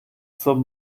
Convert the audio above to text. zum